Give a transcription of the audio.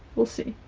we'll see.